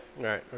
Right